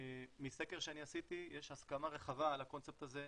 מסקר שעשיתי יש הסכמה רחבה על הקונספט הזה,